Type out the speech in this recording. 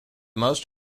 most